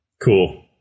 Cool